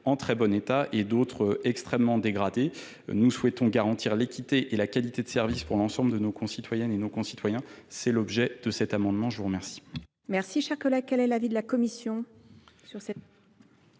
très bon état et d'autres extrêmement dégradés nous souhaitons garantir l'équité et la qualité de service pour l'ensemble de nos concitoyennes et nos concitoyens. C'est l'objet de cet amendement. Je vous remercie,